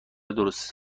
درست